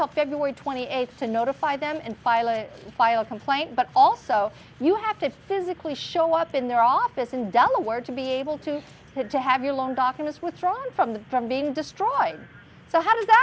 february twenty eighth to notify them and file and file a complaint but also you have to physically show up in their office in delaware to be able to get to have your loan documents withdrawn from the from being destroyed so how does that